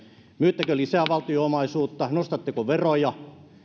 myyttekö lisää valtion omaisuutta nostatteko veroja